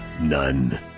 None